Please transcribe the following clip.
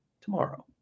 tomorrow